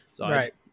right